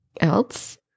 else